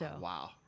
wow